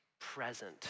present